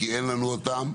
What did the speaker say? כי אין לנו אותם.